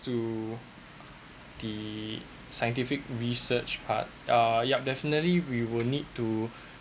to the scientific research part uh yup definitely we will need to